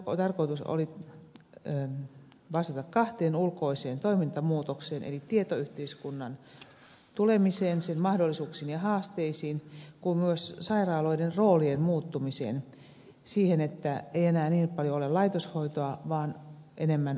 siinä tarkoitus oli vastata kahteen ulkoiseen toimintamuutokseen eli tietoyhteiskunnan tulemiseen sen mahdollisuuksiin ja haasteisiin kuin myös sairaaloiden roolien muuttumiseen siihen että ei enää niin paljon ole laitoshoitoa vaan enemmän avohoitoa